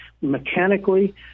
mechanically